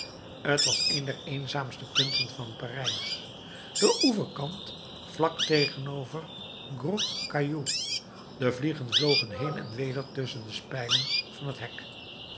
t was een der eenzaamste punten van parijs de oeverkant vlak tegenover gros caillou de vliegen vlogen heen en weder tusschen de spijlen van het hek